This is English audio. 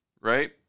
right